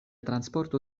transporto